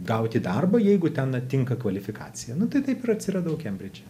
gauti darbą jeigu ten tinka kvalifikacija nu tai taip ir atsiradau kembridže